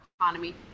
economy